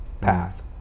path